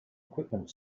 equipment